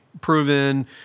proven